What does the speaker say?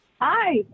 Hi